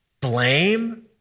blame